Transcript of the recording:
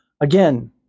Again